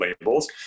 labels